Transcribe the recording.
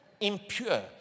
impure